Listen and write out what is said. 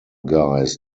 guys